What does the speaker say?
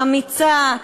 אמיצה,